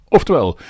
Oftewel